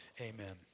amen